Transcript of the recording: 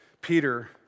Peter